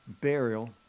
burial